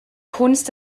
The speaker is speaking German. kunst